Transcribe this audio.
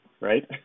right